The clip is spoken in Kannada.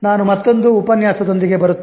ನಾನು ಮತ್ತೊಂದು ಉಪನ್ಯಾಸ ದೊಂದಿಗೆ ಬರುತ್ತೇನೆ